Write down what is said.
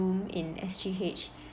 room S_G_H